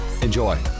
Enjoy